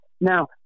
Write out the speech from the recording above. Now